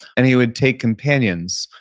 and he would take companions,